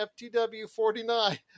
FTW49